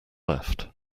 left